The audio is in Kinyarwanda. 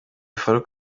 farook